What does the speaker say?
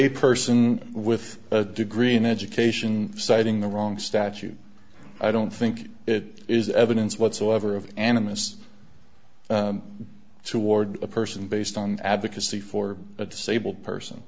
lay person with a degree in education citing the wrong statute i don't think it is evidence whatsoever of animist toward a person based on advocacy for a disabled person